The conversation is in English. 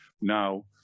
Now